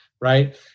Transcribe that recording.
right